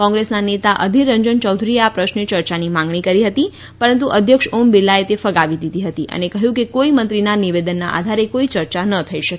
કોંગ્રેસના નેતા અધીર રંજન ચૌધરીએ આ પ્રશ્ને ચર્ચાની માગણી કરી હતી પરંતુ અધ્યક્ષ ઓમ બિરલાએ તે ફગાવી દીધી હતી અને કહ્યું કે કોઇ મંત્રીના નિવેદનના આધારે કોઇ ચર્ચા ન થઇ શકે